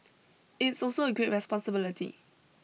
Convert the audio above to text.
it's also a great responsibility